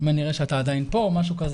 אם אני אראה שאתה עדיין פה - משהו כזה.